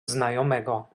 znajomego